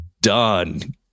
done